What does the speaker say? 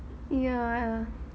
ya